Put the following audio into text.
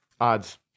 odds